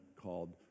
called